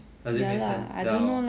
does it make sense ya lor